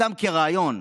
סתם כרעיון: